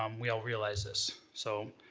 um we all realize this, so.